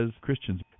Christians